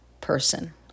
person